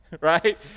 right